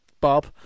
Bob